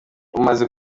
umaze